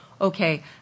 okay